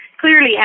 clearly